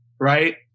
right